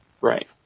Right